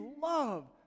love